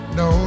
no